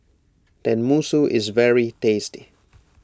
Tenmusu is very tasty